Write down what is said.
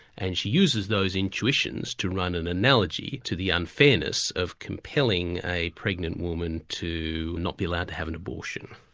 and she uses those intuitions to run an analogy to the unfairness of compelling a pregnant woman to not be allowed to have an abortion.